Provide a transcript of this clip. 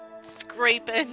scraping